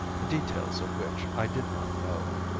the details of which i did not know.